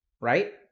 Right